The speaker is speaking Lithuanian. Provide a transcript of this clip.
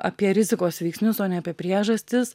apie rizikos veiksnius o ne apie priežastis